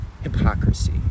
hypocrisy